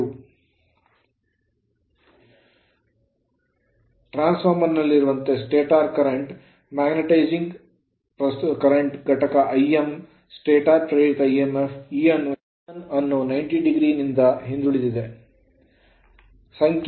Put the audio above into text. ಸಂಖ್ಯೆ 2 transformer ನಲ್ಲಿರುವಂತೆ stator current ಪ್ರವಾಹದ magnetizing ಕಾಂತೀಯ ಪ್ರಸ್ತುತ ಘಟಕ Im ಸ್ಟಾಟರ್ ಪ್ರೇರಿತ emf E1 ಅನ್ನು 90o ನಿಂದ ಹಿಂದುಳಿದಿದೆ